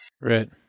Right